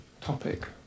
topic